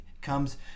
comes